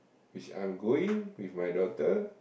which I'm going with my daughter